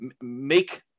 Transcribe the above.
make